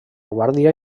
guàrdia